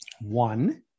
one